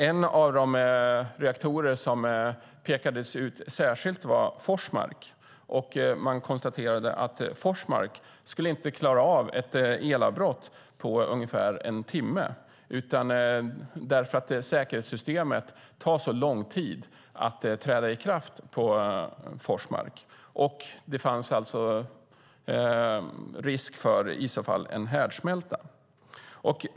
En av de reaktorer som pekades ut särskilt var Forsmark, och man konstaterade att Forsmark inte skulle klara av ett elavbrott på ungefär en timme, därför att det tar lång tid för säkerhetssystemet att träda i kraft. Detta medför en risk för härdsmälta.